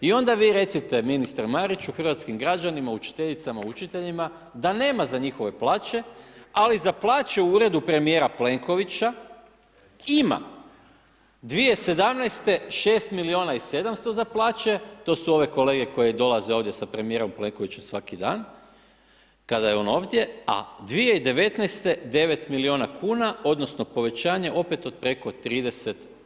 I onda vi recite ministre Mariću hrvatskim građanima, učiteljicama, učiteljima da nema za njihove plaće ali za plaće u Uredu premijera Plenkovića ima 2017. 6 miliona i 700 za plaće, to su ove kolege koji dolaze s premijerom Plenkovićem svaki dan, kada je on ovdje, a 2019. 9 miliona kuna odnosno povećanje opet od preko 30%